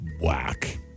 whack